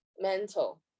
mental